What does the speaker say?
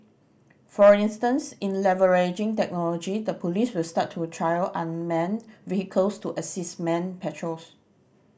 for instance in leveraging technology the police will start to trial unmanned vehicles to assist manned patrols